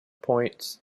points